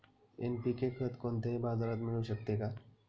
NPK खत कोणत्याही बाजारात मिळू शकते का?